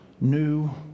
new